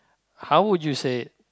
how would you say it